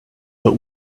but